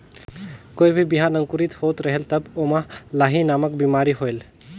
कोई भी बिहान अंकुरित होत रेहेल तब ओमा लाही नामक बिमारी होयल?